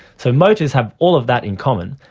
so motors have all of that in common.